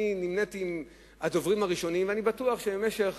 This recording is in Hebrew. אני נמניתי עם הדוברים הראשונים, ואני בטוח שבמשך